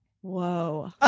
whoa